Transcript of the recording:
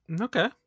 Okay